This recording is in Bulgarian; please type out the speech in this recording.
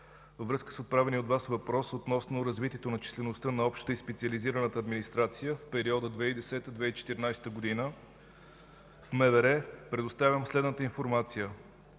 във връзка с отправения от Вас въпрос относно развитието на числеността на общата и специализираната администрация в периода 2010 – 2014 г. в МВР, предоставям следната информация.